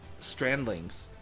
strandlings